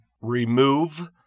remove